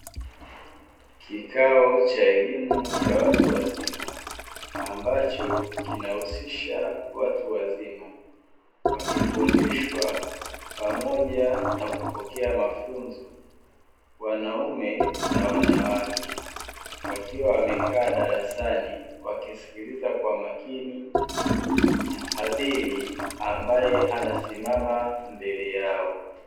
Kikao cha elimu ya watu wazima ambacho kinahusisha watu wazima, wakifundishwa pamoja na kupokea mafunzo. Wanaume na wanawake wakiwa wamekaa darasani wakimsikiliza kwa makini mhadhiri ambaye anasimama mbele yao.